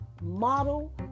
model